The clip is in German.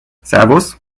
servus